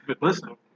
Listen